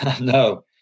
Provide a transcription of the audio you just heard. no